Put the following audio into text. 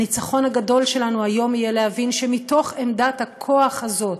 הניצחון הגדול שלנו היום יהיה להבין שמתוך עמדת הכוח הזאת,